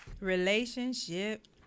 Relationship